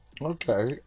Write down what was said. Okay